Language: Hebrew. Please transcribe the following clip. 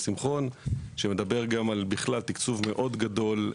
שמחון ממשרד ראש הממשלה שמדברת על תקצוב עתידי מאוד גדול,